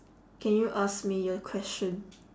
can you ask me a question